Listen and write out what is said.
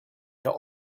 der